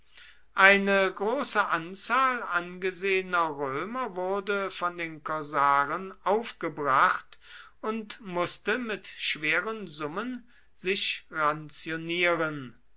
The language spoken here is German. eine große anzahl angesehener römer wurde von den korsaren aufgebracht und mußte mit schweren summen sich ranzionieren